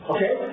Okay